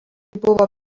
buvo